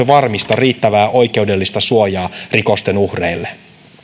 varmista riittävää oikeudellista suojaa rikosten uhreille